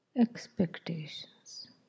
expectations